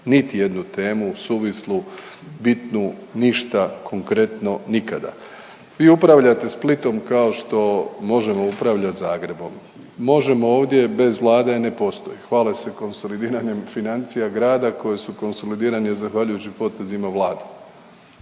niti jednu temu suvislu, bitnu, ništa konkretno nikada. Vi upravljate Splitom kao što Možemo! upravlja Zagrebom. Možemo! ovdje bez Vlade ne postoji. Hvale se konsolidiranjem financija Grada koje su konsolidirane zahvaljujući potezima Vlade,